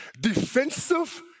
defensive